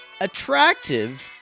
attractive